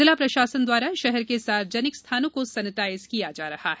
जिला प्रशासन द्वारा शहर के सार्वजानिक स्थानों को सैनेटाइज किया जा रहा है